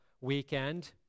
weekend